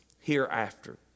hereafter